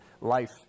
life